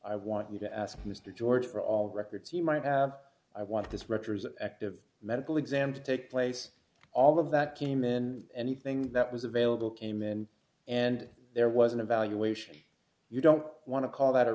i want you to ask mr george for all records you might have i want this rector's active medical exam to take place all of that came in anything that was available came in and there was an evaluation you don't want to call that a